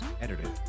edited